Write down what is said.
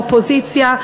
אופוזיציה.